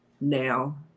now